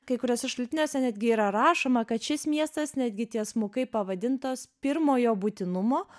kai kuriuose šaltiniuose netgi yra rašoma kad šis miestas netgi tiesmukai pavadintas pirmojo būtinumo